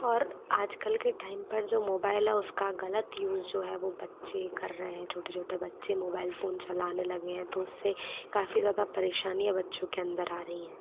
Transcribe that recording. और आजकल के टाइम पर जो मोबाइल है उसका गलत यूज़ जो है वो बच्चे कर रहे हैं छोटे छोटे बच्चे मोबाइल फ़ोन चलाने लगे हैं तो उससे काफ़ी ज़्यादा परेशानियाँ बच्चों के अंदर आ रहीं हैं